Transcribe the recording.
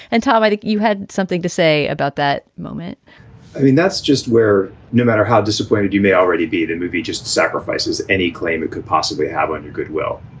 and tom, i think you had something to say about that moment i mean, that's just where no matter how disappointed you may already be, the movie just sacrifices any claim it could possibly have on goodwill.